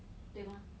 对 mah